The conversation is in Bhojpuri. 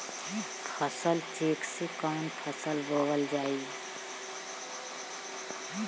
फसल चेकं से कवन फसल बोवल जाई?